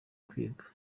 kwiga